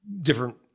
different